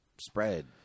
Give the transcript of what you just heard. spread